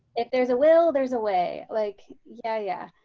if there's a will there's a way, like yeah yeah